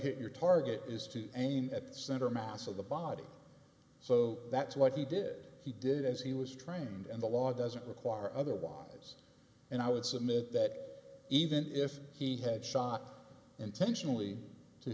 hit your target is to aim at the center mass of the body so that's what he did he did as he was trained in the law doesn't require otherwise and i would submit that even if he had shot intentionally to